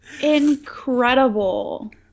incredible